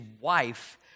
wife